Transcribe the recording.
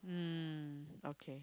mm okay